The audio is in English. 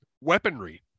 weaponry